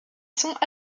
sont